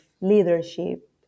leadership